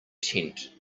tent